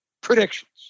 predictions